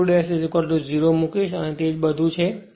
હું x 2 0 મૂકીશ અને તે બધુ જ છે